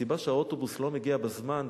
הסיבה שהאוטובוס לא מגיע בזמן,